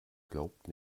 glaubt